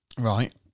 Right